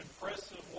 impressive